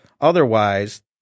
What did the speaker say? Otherwise